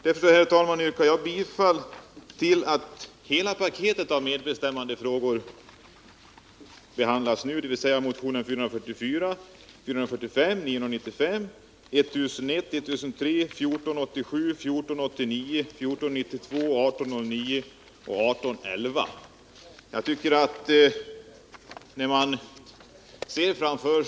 Därför, herr talman, yrkar jag att hela paketet av medbestämmandefrågor, dvs. motionerna 444, 445, 995, 1001, 1003, 1487, 1489, 1492, 1 809 och 1 811 behandlas omedelbart.